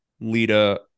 Lita